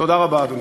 תודה רבה, אדוני.